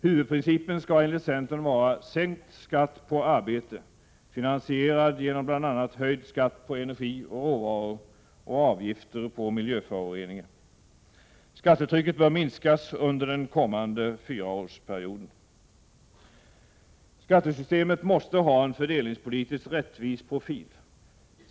Huvudprincipen skall enligt centern vara sänkt skatt på arbete, finansierad genom bl.a. höjd skatt på energi och råvaror samt avgifter på miljöföroreningar. Skattetrycket bör minskas under den kommande fyraårsperioden. Skattesystemet måste ha en fördelningspolitiskt rättvis profil.